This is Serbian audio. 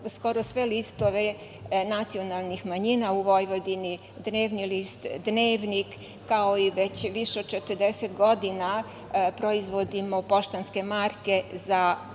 skoro sve listove nacionalnih manjina u Vojvodini, dnevni list „Dnevnik“, kao i već više od 40 godina proizvodimo poštanske marke za „Poštu